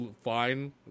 fine